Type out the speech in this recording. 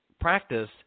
practice